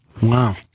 Wow